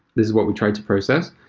this is what we tried to process.